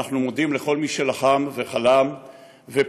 אנחנו מודים לכל מי שלחם וחלם ופעל,